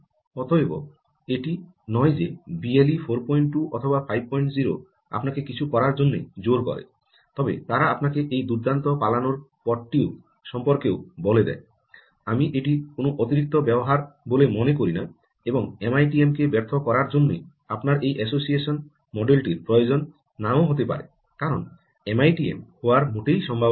অতএব এটি নয় যে বিএলই 42 বা 50 আপনাকে কিছু করার জন্য জোর করে তবে তারা আপনাকে এই দুর্দান্ত পালানোর পথটি সম্পর্কেও বলে দেয় আমি এটি কোনও অতিরিক্ত ব্যবহার বলে মনে করি না এবং এমআইটিএমকে ব্যর্থ করার জন্য আপনার এই অ্যাসোসিয়েশন মডেলটির প্রয়োজন নাও হতে পারে কারণ এমআইটিএম হওয়ার মোটেই সম্ভাবনা নেই